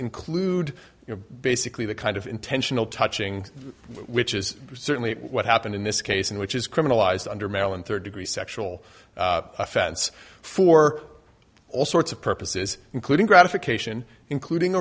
include food you know basically the kind of intentional touching which is certainly what happened in this case in which is criminalized under marilyn third degree sexual offense for all sorts of purposes including gratification including